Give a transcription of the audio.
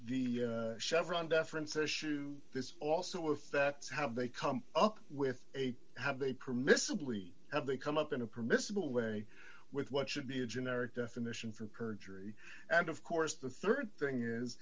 the the chevron deference issue this also affects how they come up with a have they permissibly have they come up in a permissible way with what should be a generic definition for perjury and of course the rd thing is